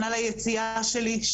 שנה ליציאה שלי,